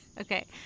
Okay